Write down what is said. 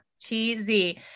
Cheesy